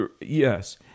Yes